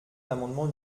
l’amendement